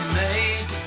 made